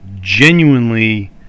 genuinely